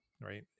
right